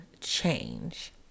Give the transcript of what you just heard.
change